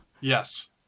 Yes